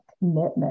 commitment